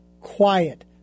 quiet